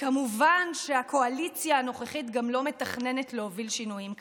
וכמובן שהקואליציה הנוכחית גם לא מתכננת להוביל שינויים כאלה.